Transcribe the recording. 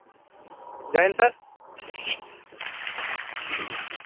जै हिंद सर